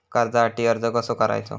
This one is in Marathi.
कर्जासाठी अर्ज कसो करायचो?